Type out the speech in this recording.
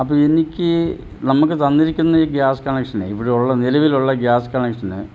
അപ്പം എനിക്ക് നമുക്ക് തന്നിരിക്കുന്ന ഗ്യാസ് കണക്ഷന് ഇവിടുള്ള നിലവിലുള്ള ഗ്യാസ് കണക്ഷന്